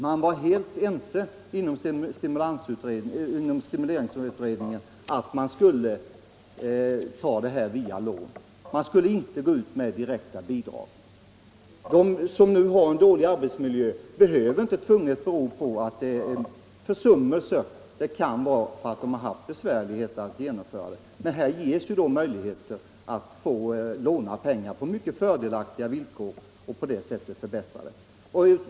Man var enig inom stimulansutredningen om att arbetsmiljöåtgärderna skulle bekostas med lån och att direkta bidrag inte skulle ges. En dålig arbetsmiljö behöver inte nödvändigtvis bero på försummelser —- företagen kan ha haft svårigheter att vidta åtgärderna. Men här ges de nu möjlighet att låna pengar på fördelaktiga villkor.